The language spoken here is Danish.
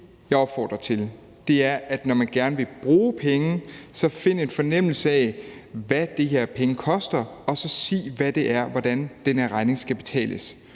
jeg opfordrer til, er, at når man gerne vil bruge penge, så find en fornemmelse af, hvad det her koster af penge, og så sig, hvad det er, og hvordan den her regning skal betales.